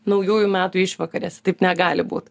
naujųjų metų išvakarėse taip negali būt